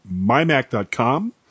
mymac.com